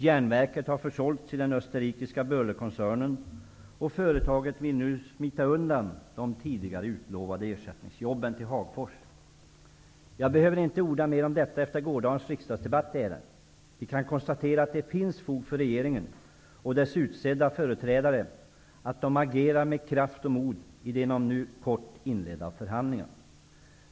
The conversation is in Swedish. Jag behöver inte orda mer om detta efter gårdagens riksdagsdebatt i ärendet. Vi kan konstatera att det finns fog för att regeringen och dess utsedda företrädare agerar med kraft och mod i de nu inom kort inledda förhandlingarna.